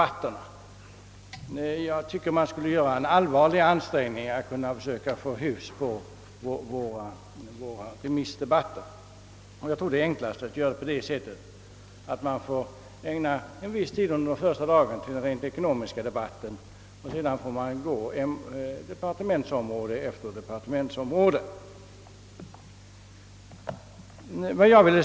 Jag tycker alltså att man skulle göra en allvarlig ansträngning att försöka få hyfs på våra remissdebatter,; vilket jag tror enklast ordnas på det sättet att man ägnar en viss tid den första.dagen till en rent ekonomisk debatt, en viss tid till nästa departemenisområde 0. s. v.